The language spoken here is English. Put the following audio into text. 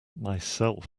myself